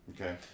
Okay